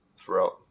throughout